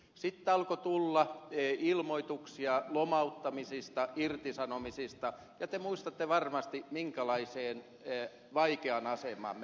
sitten alkoi tulla ilmoituksia lomauttamisista irtisanomisista ja te muistatte varmasti minkälaiseen vaikeaan asemaan me jouduimme